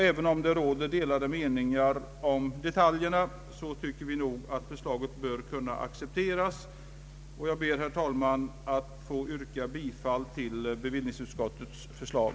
Även om det råder delade meningar om detaljerna, bör förslaget kunna accepteras. Herr talman! Jag ber att få yrka bifall till utskottets förslag.